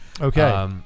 okay